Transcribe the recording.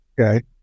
Okay